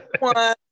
one